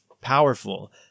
powerful